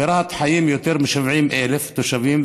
ברהט חיים יותר מ-70,000 תושבים,